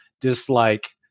dislike